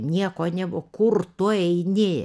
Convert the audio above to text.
nieko nebuvo kur tu eini